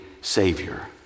Savior